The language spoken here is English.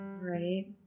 right